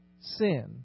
sin